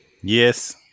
Yes